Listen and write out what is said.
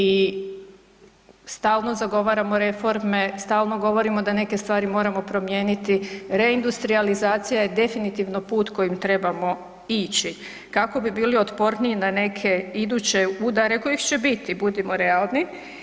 I stalno zagovaramo reforme, stalno govorimo da neke stvari trebamo promijeniti, reindustrijalizacija je definitivno put kojim trebamo ići kako bi bili otporniji na neke iduće udare, kojih će biti budimo realni.